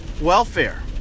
welfare